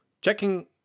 checking